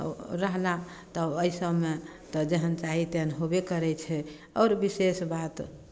ओ रहला तऽ एहि सभमे तऽ जेहन चाही तेहन होबे करै छै आओर विशेष बात